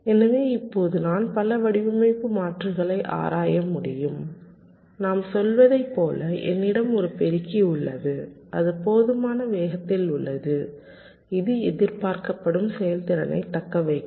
எனவே இப்போது நான் பல வடிவமைப்பு மாற்றுகளை ஆராய முடியும் நாம் சொல்வதைப் போல என்னிடம் ஒரு பெருக்கி உள்ளது அது போதுமான வேகத்தில் உள்ளது இது எதிர்பார்க்கப்படும் செயல்திறனைத் தக்கவைக்கும்